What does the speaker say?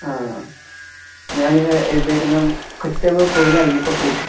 ആ ഞാന് എടുത്തിരിക്കുന്നത് കൊച്ചൗവ പൈലോ അയ്യപ്പ കൊയ്ലോ